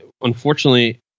unfortunately